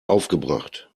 aufgebracht